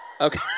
Okay